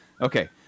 Okay